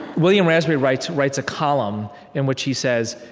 william raspberry writes writes a column in which he says,